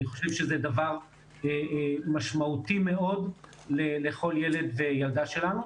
אני חושב שזה דבר משמעותי מאוד לכל ילד וילדה שלנו.